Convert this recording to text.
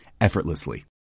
effortlessly